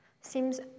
seems